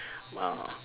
uh